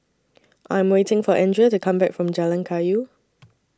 I Am waiting For Andria to Come Back from Jalan Kayu